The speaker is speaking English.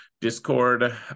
discord